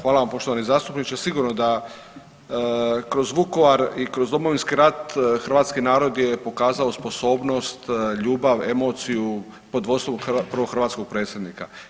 Hvala vam poštovani zastupniče, sigurno da kroz Vukovar i kroz Domovinski rat hrvatski narod je pokazao sposobnost, ljubav, emociju pod vodstvom prvog hrvatskog predsjednika.